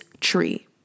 tree